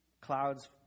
Clouds